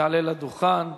יעלה לדוכן.